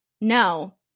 No